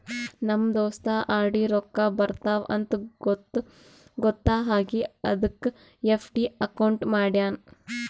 ನಮ್ ದೋಸ್ತ ಆರ್.ಡಿ ರೊಕ್ಕಾ ಬರ್ತಾವ ಅಂತ್ ಗೊತ್ತ ಆಗಿ ಅದಕ್ ಎಫ್.ಡಿ ಅಕೌಂಟ್ ಮಾಡ್ಯಾನ್